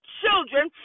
children